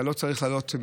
אתה לא צריך לעלות,